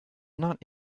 not